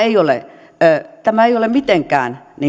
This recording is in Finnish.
tämä ei ole mitenkään